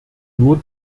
nur